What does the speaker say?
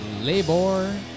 labor